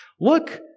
Look